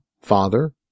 Father